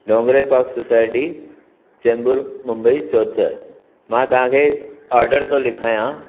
Dongre park society Chembur Mumbai चोहतरि मां तव्हां खे ऑडर थो लिखायां